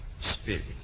spirit